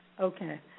Okay